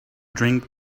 drink